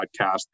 podcast